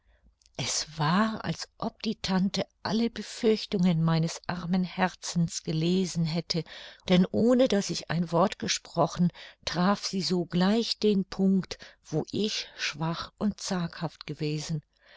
es war als ob die tante alle befürchtungen meines armen herzens gelesen hätte denn ohne daß ich ein wort gesprochen traf sie sogleich den punkt wo ich schwach und zaghaft gewesen